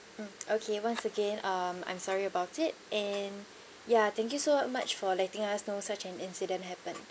mm okay once again um I'm sorry about it and ya thank you so much for letting us know such an incident happened